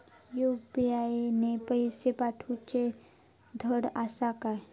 UPI ने पैशे पाठवूचे धड आसा काय?